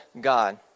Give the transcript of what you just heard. God